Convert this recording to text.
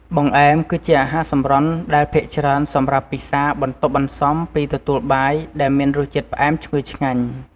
បង្អែម គឺជាអាហារសម្រន់ដែលភាគច្រើន សម្រាប់ពិសាបន្ទាប់បន្សំពីទទួលបាយ ដែលមានរសជាតិផ្អែមឈ្ងុយឆ្ងាញ់។